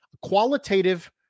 Qualitative